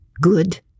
good